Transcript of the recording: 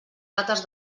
dates